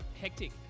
Hectic